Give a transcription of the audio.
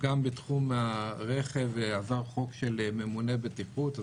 גם בתחום הרכב עבר חוק של ממונה בטיחות,